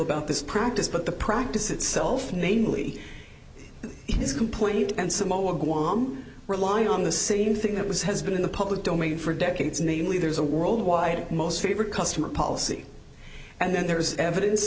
about this practice but the practice itself namely his complaint and samoa guam rely on the same thing that was has been in the public domain for decades namely there's a world wide most favored customer policy and then there's evidence